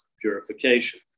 purification